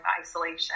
isolation